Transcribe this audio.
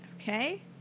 Okay